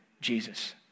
Jesus